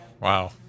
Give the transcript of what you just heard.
Wow